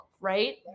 right